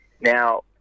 Now